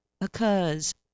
occurs